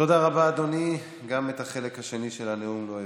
תודה רבה, אדוני, את החלק השני של הנאום לא הבנתי,